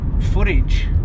footage